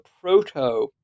proto